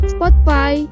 Spotify